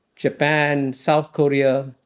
japan, south korea.